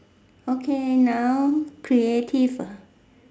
okay now creative